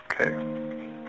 Okay